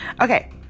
Okay